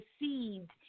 received